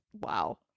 Wow